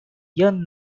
yan